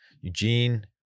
Eugene